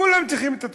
כולם צריכים את התרופה.